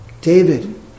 David